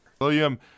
William